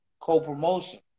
co-promotion